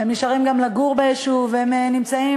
והם נשארים